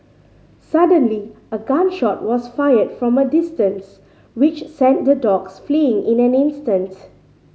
suddenly a gun shot was fired from a distance which sent the dogs fleeing in an instant